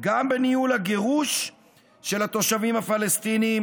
גם בניהול הגירוש של התושבים הפלסטינים